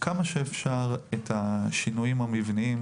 כמה שאפשר את השינויים המבניים,